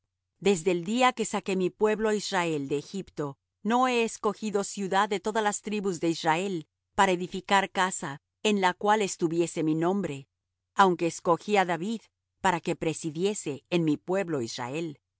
desde el día que saqué mi pueblo israel de egipto no he escogido ciudad de todas las tribus de israel para edificar casa en la cual estuviese mi nombre aunque escogí á david para que presidiese en mi pueblo israel